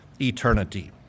eternity